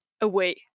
away